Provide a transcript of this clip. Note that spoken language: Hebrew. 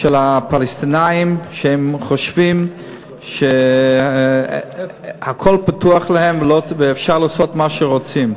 של הפלסטינים שחושבים שהכול פתוח להם ואפשר לעשות מה שרוצים.